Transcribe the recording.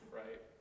right